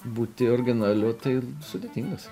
būti originaliu tai sudėtingas